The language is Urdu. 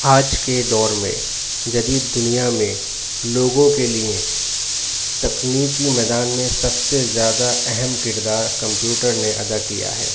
آج کے دور میں جدید دنیا میں لوگوں کے لیے تکنیکی میدان میں سب سے زیادہ اہم کردار کمپیوٹر نے ادا کیا ہے